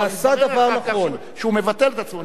אבל התברר אחר כך שהוא מבטל את עצמו.